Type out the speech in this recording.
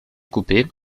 coupés